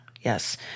yes